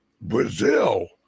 Brazil